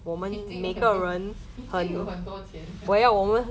你已经有很多你已经有很多钱 liao